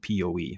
PoE